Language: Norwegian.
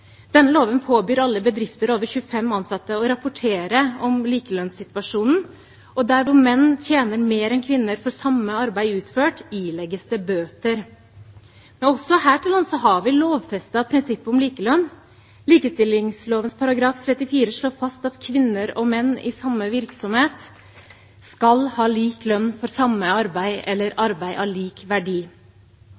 Denne loven påbyr alle bedrifter med mer enn 25 ansatte å rapportere om likelønnssituasjonen, og der hvor menn tjener mer enn kvinner for samme arbeid utført, ilegges det bøter. Men også her til lands har vi lovfestet prinsippet om likelønn. Likestillingsloven § 34 slår fast at «kvinner og menn i samme virksomhet skal ha lik lønn for samme arbeid eller